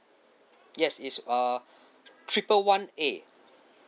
yes is uh triple one A